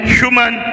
human